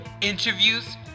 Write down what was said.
interviews